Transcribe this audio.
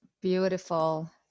Beautiful